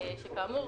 שכאמור,